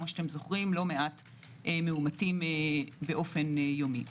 לא מעט מאומתים באופן יומי.